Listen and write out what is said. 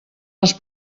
els